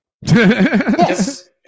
Yes